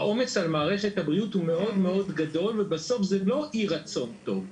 העומס על מערכת הבריאות הוא מאוד מאוד גדול ובסוף זה לא אי רצון טוב.